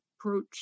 approach